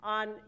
on